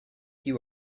you